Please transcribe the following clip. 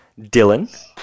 Dylan